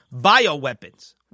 bioweapons